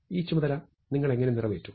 ഈ ചുമതല നിങ്ങൾ എങ്ങനെ നിറവേറ്റും